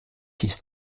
hieß